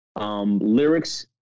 lyrics